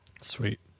Sweet